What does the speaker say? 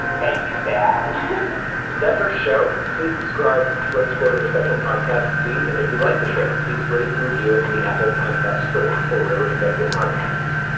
thank you, sam that's our show. please subscribe to the slate spoiler special podcast feed. and if you like the show, please rate and review it in and the apple podcast store or wherever you get your podcast.